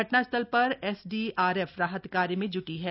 घटनास्थल पर एस डीआरएफराहत कार्य में ज्टी है